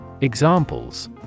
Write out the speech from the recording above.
Examples